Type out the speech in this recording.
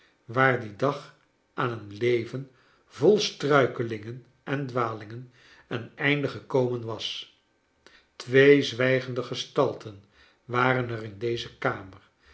waar dien dag aan een leven vol struikelingen en dwalingen een einde gekomen was twee zwijgende gestalten waren er in deze kamer